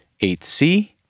8C